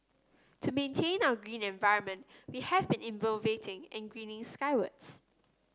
to maintain our green environment we have been innovating and greening skywards